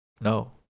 No